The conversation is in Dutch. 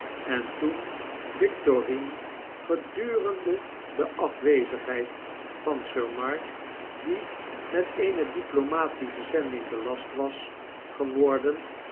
en toen victorine gedurende de afwezigheid van sir mark die met eene diplomatische zending belast was geworden